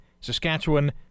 Saskatchewan